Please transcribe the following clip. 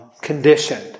conditioned